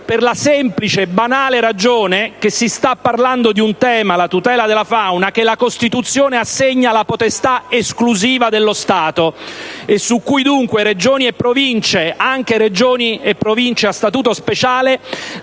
per la semplice ragione che si sta parlando di un tema, la tutela della fauna, che la Costituzione assegna alla potestà esclusiva dello Stato e su cui, dunque, Regioni e Province, anche quelle a Statuto speciale,